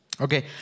Okay